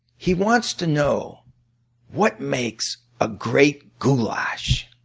he wants to know what makes a great goulash.